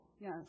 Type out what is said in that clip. Yes